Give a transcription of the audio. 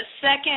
second